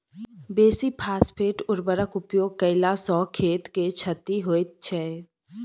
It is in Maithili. बेसी फास्फेट उर्वरकक उपयोग कयला सॅ खेत के क्षति होइत छै